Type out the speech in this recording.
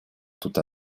тут